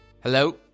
Hello